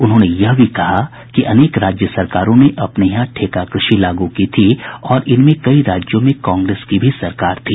उन्होंने यह भी कहा कि अनेक राज्य सरकारों ने अपने यहां ठेका कृषि लागू की थी और इनमें कई राज्यों में कांग्रेस की भी सरकार थी